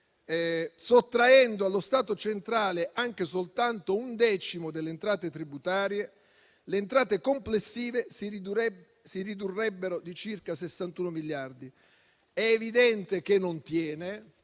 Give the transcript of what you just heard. Sottraendo allo Stato centrale anche soltanto un decimo delle entrate tributarie, le entrate complessive si ridurrebbero di circa 61 miliardi. È evidente che non tiene